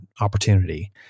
opportunity